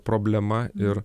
problema ir